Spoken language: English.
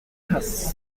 has